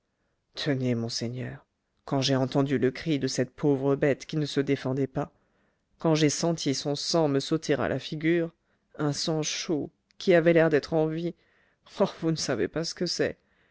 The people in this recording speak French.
tenez monseigneur quand j'ai entendu le cri de cette pauvre bête qui ne se défendait pas quand j'ai senti son sang me sauter à la figure un sang chaud qui avait l'air d'être en vie oh vous ne savez pas ce que c'est